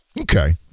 Okay